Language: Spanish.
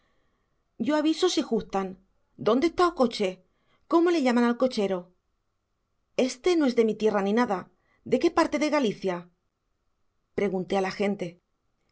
sonrisa yo aviso si justan dónde está o coche cómo le llaman al cochero este no es de mi tierra ni nada de qué parte de galicia pregunté al agente